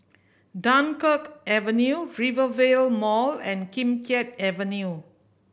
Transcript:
Dunkirk Avenue Rivervale Mall and Kim Keat Avenue